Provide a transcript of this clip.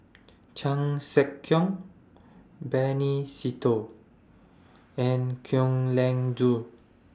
Chan Sek Keong Benny Se Teo and Kwek Leng Joo